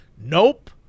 Nope